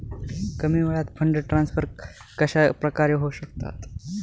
कमी वेळात fund transfer कशाप्रकारे होऊ शकतात?